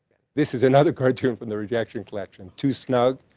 this is another cartoon from the rejection collection. too snug?